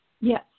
Yes